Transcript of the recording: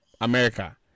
America